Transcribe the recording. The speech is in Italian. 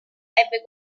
ebbe